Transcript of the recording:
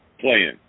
Playing